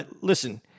listen